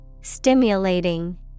Stimulating